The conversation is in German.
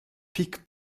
pik